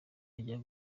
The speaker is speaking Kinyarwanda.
ajya